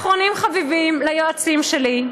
אחרונים חביבים, היועצים שלי: